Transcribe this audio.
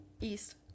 East